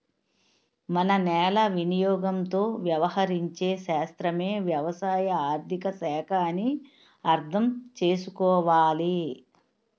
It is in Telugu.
మన నేల వినియోగంతో వ్యవహరించే శాస్త్రమే వ్యవసాయ ఆర్థిక శాఖ అని అర్థం చేసుకోవాలి